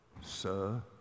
sir